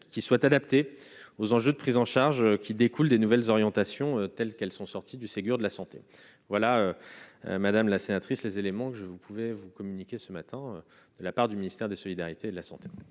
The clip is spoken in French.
qui soit adapté aux enjeux de prise en charge qui découle des nouvelles orientations telles qu'elles sont sorties du Ségur de la santé, voilà madame la sénatrice les éléments que je vous pouvez vous ce matin de la part du ministère des solidarités sont.